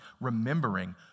remembering